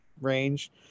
range